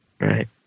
right